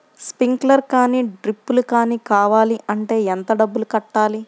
Sprinkler కానీ డ్రిప్లు కాని కావాలి అంటే ఎంత డబ్బులు కట్టాలి?